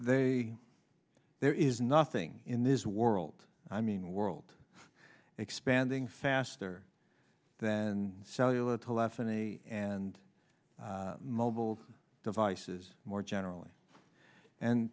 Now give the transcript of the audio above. they there is nothing in this world i mean world expanding faster than cellular to less than a and mobile devices more generally and